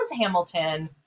Hamilton